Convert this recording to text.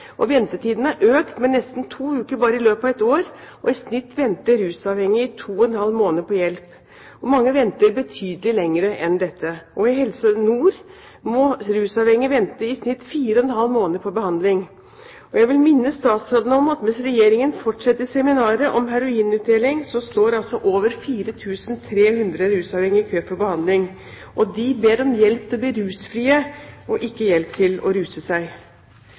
hjelp. Ventetiden har økt med nesten to uker bare i løpet av et år, og i snitt venter rusavhengige i to og en halv måned på hjelp. Mange venter betydelig lenger enn dette. I Helse Nord må rusavhengige vente i snitt i fire og en halv måned på behandling. Jeg vil minne statsråden om at mens Regjeringen fortsetter seminaret om heroinutdeling, står altså over 4 300 rusavhengige i kø for behandling. De ber om hjelp til å bli rusfrie, ikke om hjelp til å ruse seg.